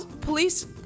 police